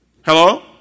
Hello